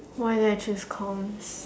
why did I choose coms